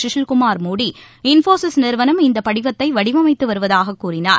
கவில்குமார் மோடி இன்போசிஸ் நிறுவனம் இந்த படிவத்தை வடிவமைத்து வருவதாக கூறினார்